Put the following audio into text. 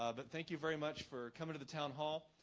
ah but thank you very much for coming to the town hall.